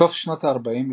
בסוף שנות ה-40,